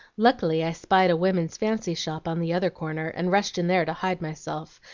luckily i spied a woman's fancy shop on the other corner, and rushed in there to hide myself,